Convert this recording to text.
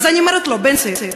אז אני אומרת לו: בנצי,